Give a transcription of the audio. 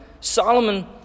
Solomon